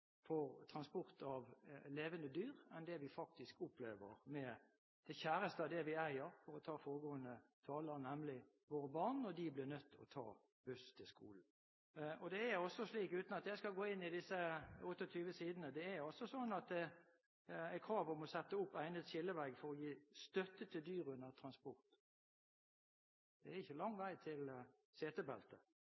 for å sitere foregående taler, nemlig våre barn, når de blir nødt til å ta buss til skolen. Det er sånn – uten at jeg skal gå inn i disse 28 sidene – at fra kravet om at det skal «settes opp egnede skillevegger for å gi støtte til dyr under transporten», er det ikke lang vei til setebelte. Det står at enhver transportør skal ha gyldig godkjenningsbevis for transporten. Det er ikke lang vei til